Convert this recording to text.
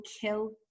kill